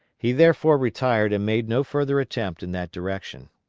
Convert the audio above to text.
he therefore retired and made no further attempt in that direction.